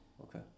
Okay